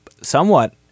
somewhat